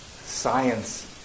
science